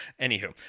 Anywho